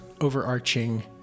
overarching